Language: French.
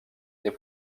est